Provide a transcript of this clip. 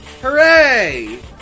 Hooray